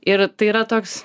ir tai yra toks